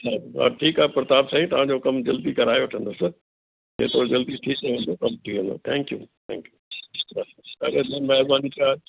प्रताप हा ठीकु आहे प्रताप साईं तव्हां जो कमु जल्दी कराए वठंदुसि जेतिरो जल्दी थी सघंदो कमु थी वेंदो थैंक यू थैंक यू बसि ॾाढी महिरबानी छा